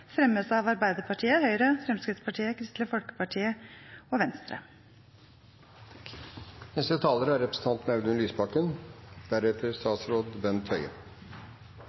fremmes av Arbeiderpartiet, Høyre, Fremskrittspartiet, Kristelig Folkeparti og Venstre.